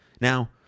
Now